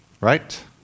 Right